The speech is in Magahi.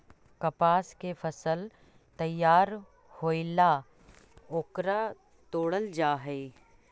कपास के फसल तैयार होएला ओकरा तोडल जा हई